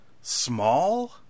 small